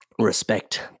respect